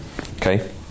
okay